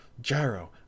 gyro